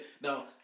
Now